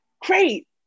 great